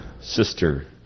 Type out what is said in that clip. sister